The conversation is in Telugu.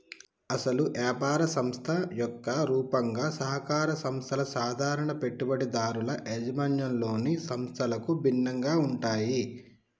అసలు యాపార సంస్థ యొక్క రూపంగా సహకార సంస్థల సాధారణ పెట్టుబడిదారుల యాజమాన్యంలోని సంస్థలకు భిన్నంగా ఉంటాయి